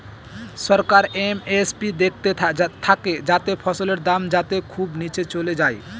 সরকার MSP দেখতে থাকে যাতে ফসলের দাম যাতে খুব নীচে চলে যায়